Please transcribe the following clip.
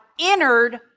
entered